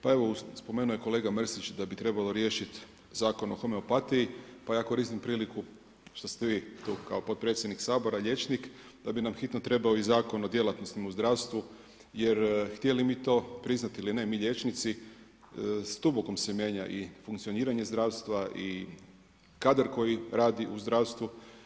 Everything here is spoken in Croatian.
Pa evo, spomenuo je kolega Mrsić, da bi trebalo riješiti Zakon o homeopatiji, pa ja koristim priliku, što ste vi kao potpredsjednik Sabora liječnik, da bi nam hitno trebao Zakon o djelatnostima u zdravstvu, jer htjeli mi to priznati ili ne, mi liječnici, … mijenja i funkcioniranje zdravstva i kadar koji radi u zdravstvu.